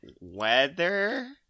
weather